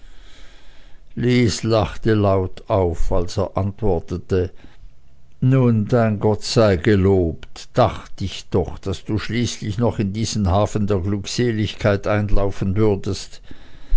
lys lachte laut auf da er antwortete nun dein gott sei gelobt dacht ich doch daß du schließlich noch in diesen hafen der glückseligkeit einlaufen würdest